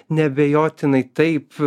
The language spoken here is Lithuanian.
neabejotinai taip